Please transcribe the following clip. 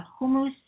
hummus